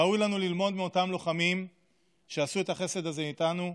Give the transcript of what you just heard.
ראוי לנו ללמוד מאותם לוחמים שעשו את החסד הזה איתנו,